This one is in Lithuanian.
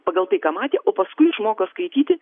pagal tai ką matė o paskui išmoko skaityti